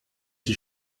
die